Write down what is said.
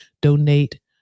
Donate